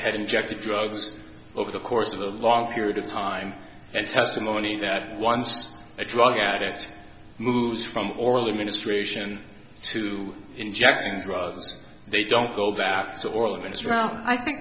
had injected drugs over the course of a long period of time and testimony that once a drug addict moves from orally ministration to injecting drugs they don't go back to all in this round i think